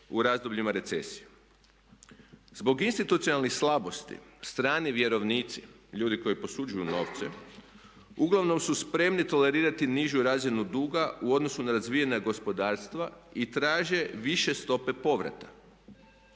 u razdobljima recesije. Zbog institucionalnih slabosti strani vjerovnici, ljudi koji posuđuju novce uglavnom su spremni tolerirati nižu razinu duga u odnosu na razvijena gospodarstva i traže više stope povrata